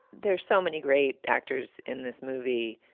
there's so many great actors in this movie,